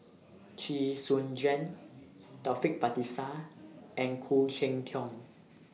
Chee Soon Juan Taufik Batisah and Khoo Cheng Tiong